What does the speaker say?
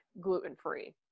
gluten-free